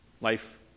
life